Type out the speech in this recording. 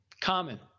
Common